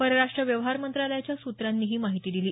परराष्ट व्यवहार मंत्रालयाच्या सूत्रांनी ही माहिती दिली